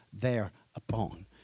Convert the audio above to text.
thereupon